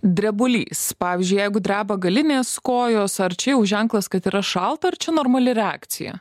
drebulys pavyzdžiui jeigu dreba galinės kojos ar čia jau ženklas kad yra šalta ar čia normali reakcija